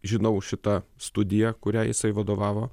žinau šitą studiją kuriai jisai vadovavo